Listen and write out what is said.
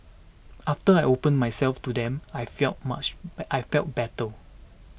after I opened myself to them I felt much bad I felt better